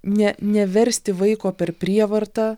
ne neversti vaiko per prievartą